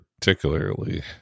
particularly